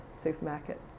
supermarket